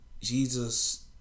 Jesus